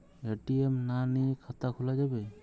ATM না নিয়ে খাতা খোলা যাবে?